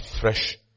fresh